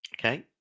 Okay